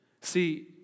See